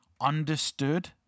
understood